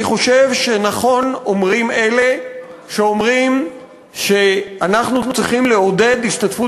אני חושב שנכון אומרים אלה שאומרים שאנחנו צריכים לעודד השתתפות